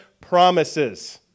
Promises